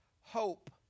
Hope